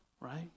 right